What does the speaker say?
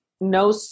no